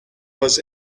was